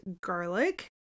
garlic